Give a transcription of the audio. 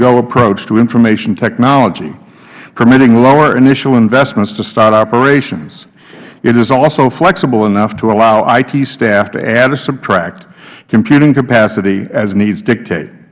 payasyougo approach to information technology permitting lower initial investments to start operations it is also flexible enough to allow it staff to add or subtract computing capacity as needs dictate